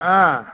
ಹಾಂ